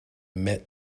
met